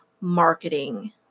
marketing